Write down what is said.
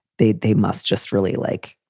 they they must just really, like,